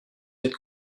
êtes